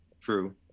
True